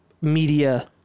media